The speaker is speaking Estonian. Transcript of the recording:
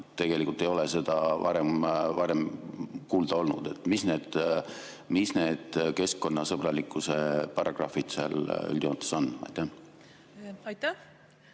Tegelikult ei ole seda varem kuulda olnud. Missugused need keskkonnasõbralikkuse paragrahvid seal üldjoontes on? Aitäh!